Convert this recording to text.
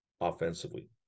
offensively